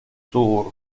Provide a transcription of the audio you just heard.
tour